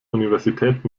universität